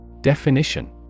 Definition